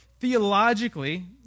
Theologically